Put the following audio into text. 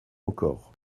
encore